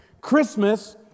Christmas